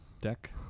Deck